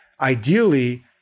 ideally